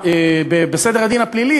בסדר הדין הפלילי,